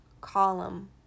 column